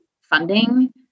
funding